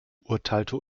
urteilte